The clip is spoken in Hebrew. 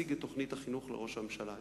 להציג את תוכנית החינוך לראש הממשלה,